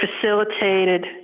facilitated